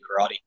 karate